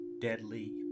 deadly